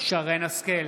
(קורא בשמות חברות הכנסת) שרן מרים השכל,